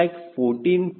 00013890